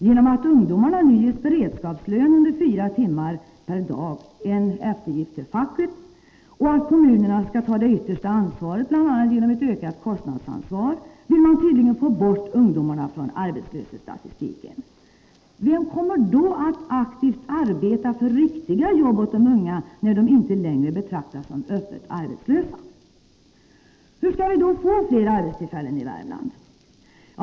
Genom att ungdomarna nu ges beredskapslön under fyra timmar per dag — en eftergift till facket — och att kommunerna skall ta det yttersta ansvaret, bl.a. genom ett ökat kostnadsansvar, vill man tydligen få bort ungdomarna från arbetslöshetsstatistiken. Vem kommer då att aktivt arbeta för ”riktiga” jobb åt de unga, när de inte längre betraktas som öppet arbetslösa? Hur skall vi då få fler arbetstillfällen i Värmland?